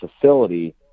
facility